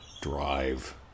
drive